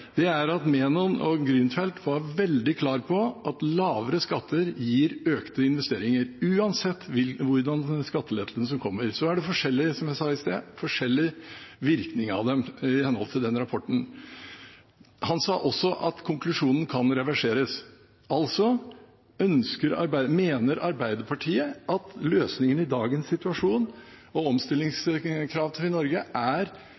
er at Menon og Grünfeld var veldig klar på at lavere skatter gir økte investeringer, uansett hvordan skattelettelsene kommer. Så er det, som jeg sa i sted, forskjellig virkning av dem i henhold til den rapporten. Grünfeld sa også at konklusjonen kan reverseres. Altså: Mener Arbeiderpartiet at løsningen i dagens situasjon på omstillingskravet i Norge er